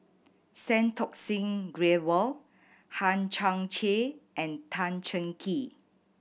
Santokh Singh Grewal Hang Chang Chieh and Tan Cheng Kee